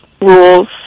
Rules